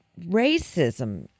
racism